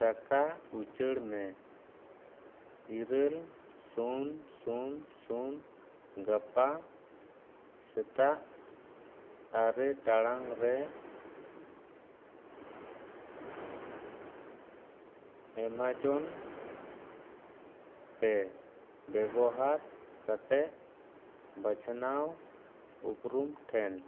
ᱴᱟᱠᱟ ᱩᱪᱟᱹᱲ ᱢᱮ ᱤᱨᱟᱹᱞ ᱥᱩᱱ ᱥᱩᱱ ᱥᱩᱱ ᱜᱟᱯᱟ ᱥᱮᱛᱟᱜ ᱟᱨᱮ ᱴᱟᱲᱟᱝ ᱨᱮ ᱮᱢᱟᱡᱚᱱ ᱯᱮ ᱵᱮᱵᱚᱦᱟᱨ ᱠᱟᱛᱮᱫ ᱵᱟᱪᱷᱱᱟᱣ ᱩᱯᱨᱩᱢ ᱴᱷᱮᱱ